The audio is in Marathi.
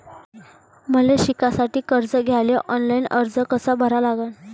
मले शिकासाठी कर्ज घ्याले ऑनलाईन अर्ज कसा भरा लागन?